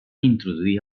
introduir